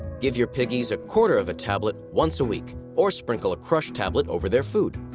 give your piggies a quarter of a tablet once a week, or sprinkle a crushed tablet over their food.